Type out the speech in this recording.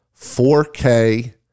4K